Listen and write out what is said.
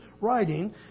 writing